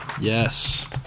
Yes